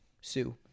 sue